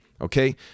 Okay